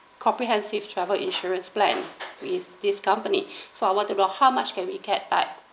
comprehensive travel insurance plans with this company so I want to know how much can we get like